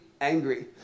angry